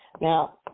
now